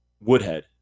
woodhead